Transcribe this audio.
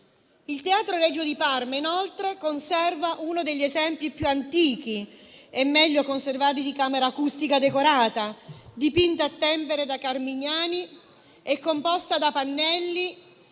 Il Teatro Regio di Parma, inoltre, contiene uno degli esempi più antichi e meglio conservati di camera acustica decorata, dipinta a tempera da Carmignani e composta da pannelli